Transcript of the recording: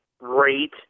rate